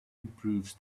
improves